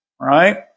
right